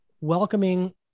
welcoming